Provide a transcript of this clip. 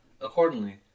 Accordingly